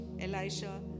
Elisha